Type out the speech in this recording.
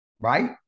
right